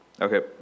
Okay